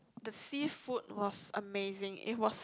the seafood was amazing it was